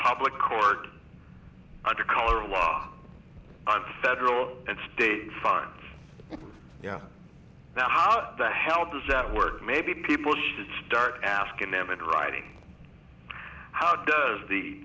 public court under color of law and federal and state fines yeah now how the hell does that work maybe people should start asking them in writing how does the